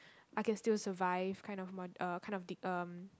I can still survive kind of mod~ uh kind of dip~ um